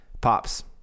Pops